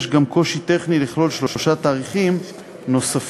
יש גם קושי טכני לכלול שלושה תאריכים נוספים,